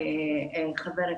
לחבר הכנסת,